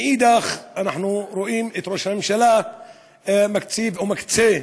מנגד אנחנו רואים את ראש הממשלה מקציב או מקצה,